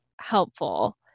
helpful